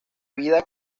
vida